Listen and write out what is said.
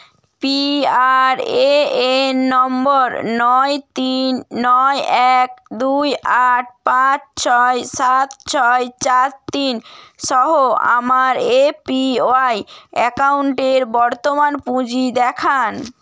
P R A N নম্বর নয় তিন নয় এক দুই আট পাঁচ ছয় সাত ছয় চার তিন সহ আমার এ পি ওয়াই অ্যাকাউন্টের বর্তমান পুঁজি দেখান